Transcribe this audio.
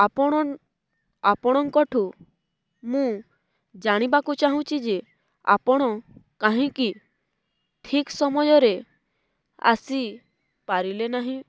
ଆପଣ ଆପଣଙ୍କଠୁ ମୁଁ ଜାଣିବାକୁ ଚାହୁଁଛି ଯେ ଆପଣ କାହିଁକି ଠିକ୍ ସମୟରେ ଆସି ପାରିଲେ ନାହିଁ